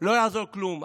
לא יעזור כלום,